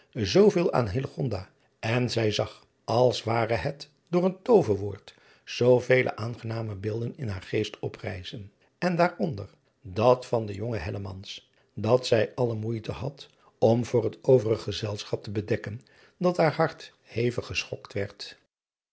zooveel aan en zij zag als ware het door een tooverwoord zoovele aangename beelden in haren geest oprijzen en daaronder dat van den jongen dat zij alle moeite had om voor het overige gezelschap te bedekken dat haar hart hevig geschokt werd